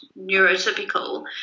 neurotypical